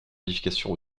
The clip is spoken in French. modifications